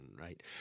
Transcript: right